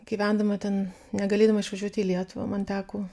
gyvendama ten negalėdama išvažiuot į lietuvą man teko